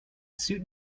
suit